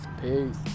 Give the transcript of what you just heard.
peace